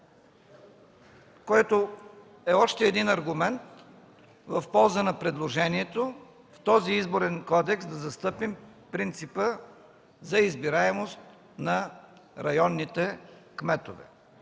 което е още един аргумент в полза на предложението в този Изборен кодекс да застъпим принципа за избираемост на районните кметове.